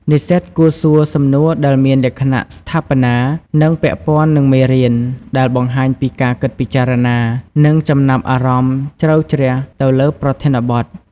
និស្សិតគួរសួរ សំណួរដែលមានលក្ខណៈស្ថាបនា និងពាក់ព័ន្ធនឹងមេរៀន ដែលបង្ហាញពីការគិតពិចារណា និងចំណាប់អារម្មណ៍ជ្រៅជ្រះទៅលើប្រធានបទ។